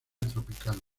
tropical